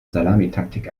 salamitaktik